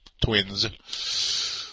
Twins